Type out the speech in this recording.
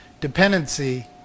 dependency